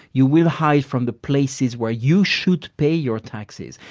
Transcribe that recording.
you will hide from the places where you should pay your taxes.